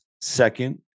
Second